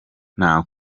nta